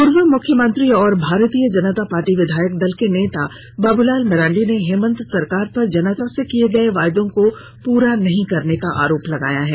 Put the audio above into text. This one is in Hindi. पूर्व मुख्यमंत्री और भारतीय जनता पार्टी विधायक दल के नेता बाबूलाल मरांडी ने हेमन्त सरकार पर जनता से किए वादों को पूरा नहीं करने का आरोप लगाया है